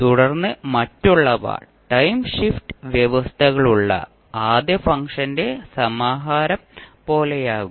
തുടർന്ന് മറ്റുള്ളവ time shift വ്യവസ്ഥകളുള്ള ആദ്യ ഫംഗ്ഷന്റെ സമാഹാരം പോലെയാകും